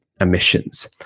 emissions